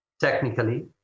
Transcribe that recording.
technically